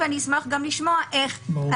ואני אשמח גם לשמוע איך --- ברור.